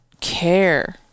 care